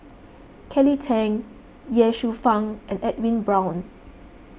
Kelly Tang Ye Shufang and Edwin Brown